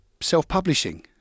self-publishing